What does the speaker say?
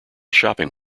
shopping